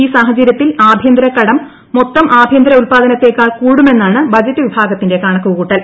ഈ സാഹചര്യത്തിൽ ആഭ്യന്തര കടം മൊത്തം ആഭ്യന്തരോൽപാദനത്തേക്കാൾ കൂടുമെന്നാണ് ബജറ്റ് വിഭാഗത്തിന്റെ കണക്ക് കൂട്ടൽ